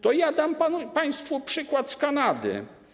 To ja dam państwu przykład z Kanady.